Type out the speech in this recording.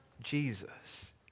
Jesus